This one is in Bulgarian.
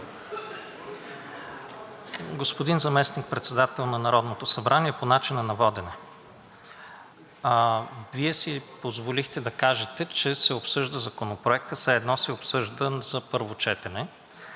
Господин Заместник-председател на Народното събрание, по начина на водене. Вие си позволихте да кажете, че се обсъжда Законопроектът, все едно се обсъжда за първо четене.